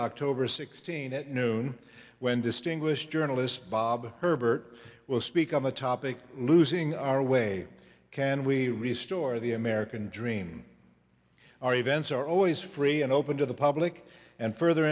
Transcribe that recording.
october sixteenth at noon when distinguished journalist bob herbert will speak on the topic losing our way can we restart the american dream our events are always free and open to the public and further